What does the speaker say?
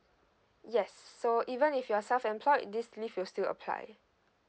yes so even if you're self employed this leave will still apply